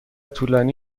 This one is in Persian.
طولانی